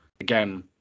again